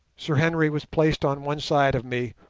sir henry was placed on one side of me,